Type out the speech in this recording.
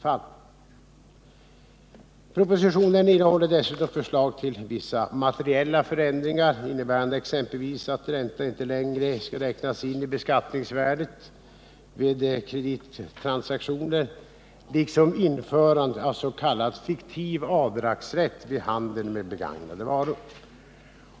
Propositionen innehåller dessutom förslag till vissa materiella förändringar, innebärande exempelvis att ränta inte längre räknas in i beskattningsvärdet vid kredittransaktioner, liksom införandet av s.k. fiktiv avdragsrätt vid handel med begagnade varor.